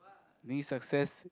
need success